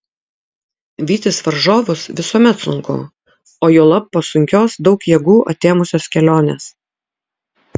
vytis varžovus visuomet sunku o juolab po sunkios daug jėgų atėmusios kelionės